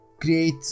create